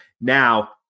Now